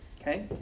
Okay